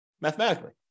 mathematically